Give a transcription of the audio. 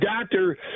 doctor